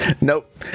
nope